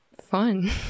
fun